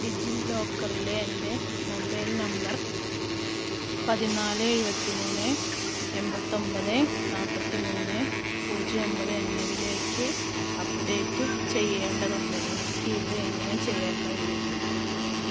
ഡിജി ലോക്കറിലെ എൻ്റെ mobile number പതിനാല് എഴുപത്തി മൂന്ന് എൺപത്തൊമ്പത് നാൽപ്പത്തി മൂന്ന് പൂജ്യം ഒമ്പത് എന്നതിലേക്ക് അപ്ഡേറ്റ് ചെയ്യേണ്ടതുണ്ട് എനിക്ക് ഇത് എങ്ങനെ ചെയ്യാൻ കഴിയും